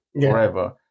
forever